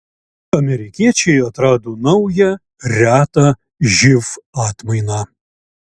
amerikiečiai atrado naują retą živ atmainą